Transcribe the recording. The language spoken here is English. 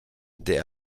the